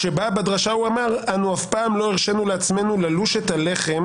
כשבדרשה הוא אמר: אנו אף פעם לא הרשינו לעצמנו ללוש את הלחם